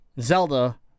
Zelda